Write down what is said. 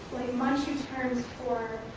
manchu terms for